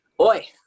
Oi